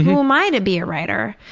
who am i to be a writer?